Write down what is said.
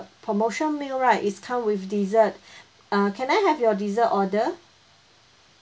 promotion meal right is come with dessert uh can I have your dessert order